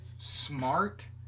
smart